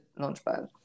launchpad